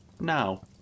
Now